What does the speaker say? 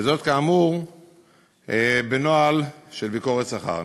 וזאת כאמור בנוהל של ביקורת שכר.